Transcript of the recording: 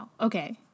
Okay